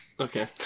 Okay